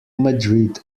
madrid